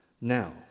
now